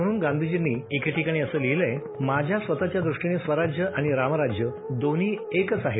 म्हणून गांधीजींनी एके ठिकाणी असं लिहिलयं माझ्या स्वतःच्या द्रष्टीनं स्वराज्य आणि रामराज्य दोन्ही एकच आहेत